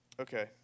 Okay